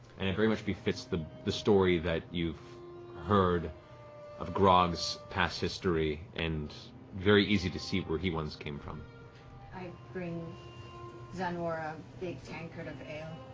and it very much befits the the story that you've heard of grog's past history, and very easy to see where he once came from. laura i bring zanror a big tankard of ale